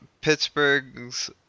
Pittsburgh's